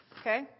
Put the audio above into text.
Okay